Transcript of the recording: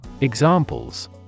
Examples